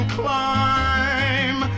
climb